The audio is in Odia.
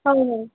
ହେଉ ହେଉ